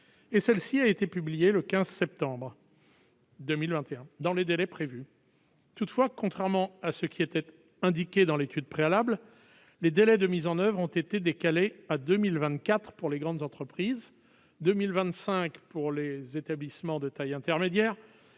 et celle-ci a été publié le 15 septembre. 2021 dans les délais prévus, toutefois, contrairement à ce qui était indiqué dans l'étude préalable, les délais de mise en oeuvre ont été décalées à 2024 pour les grandes entreprises 2025 pour les établissements de taille intermédiaire